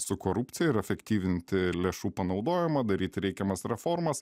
su korupcija ir efektyvinti lėšų panaudojimą daryti reikiamas reformas